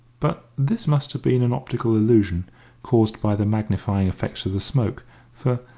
but this must have been an optical illusion caused by the magnifying effects of the smoke for,